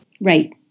Right